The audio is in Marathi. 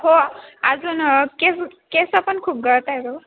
हो अजून केस केस पण खूप गळत आहेत हो